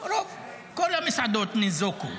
כל המסעדות ניזוקו,